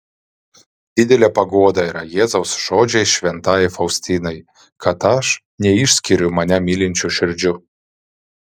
didelė paguoda yra jėzaus žodžiai šventajai faustinai kad aš neišskiriu mane mylinčių širdžių